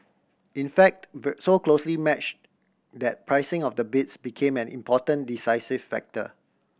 in fact so closely matched that pricing of the bids became an important decisive factor